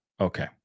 Okay